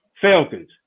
Falcons